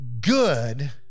good